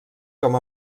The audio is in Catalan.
com